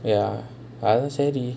ya அதான் சரி:athaan sari